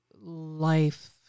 life